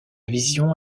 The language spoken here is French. vision